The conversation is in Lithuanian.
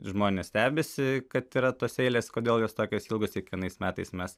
žmonės stebisi kad yra tos eilės kodėl jos tokios ilgos kiekvienais metais mes